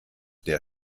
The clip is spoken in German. der